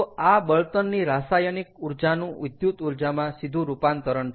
તો આ બળતણની રાસાયણિક ઊર્જાનું વિદ્યુત ઊર્જામાં સીધું રૂપાંતરણ છે